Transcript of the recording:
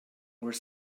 were